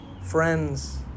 friends